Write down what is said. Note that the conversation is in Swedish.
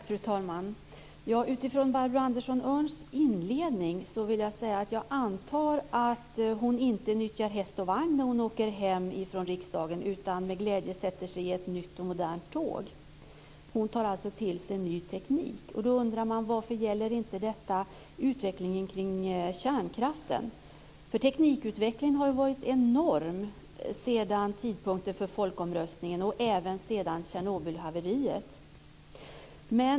Fru talman! Utifrån Barbro Andersson Öhrns inledning vill jag säga att jag antar att hon inte nyttjar häst och vagn när hon åker hem från riksdagen, utan att hon med glädje sätter sig i ett nytt och modernt tåg. Hon tar alltså till sig ny teknik. Då undrar jag: Varför gäller inte detta utvecklingen av kärnkraften? Teknikutvecklingen har ju varit enorm sedan tidpunkten för folkomröstningen och även sedan Tjernobylhaveriet.